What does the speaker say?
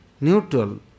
neutral